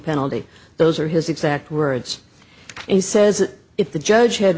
penalty those are his exact words he says if the judge ha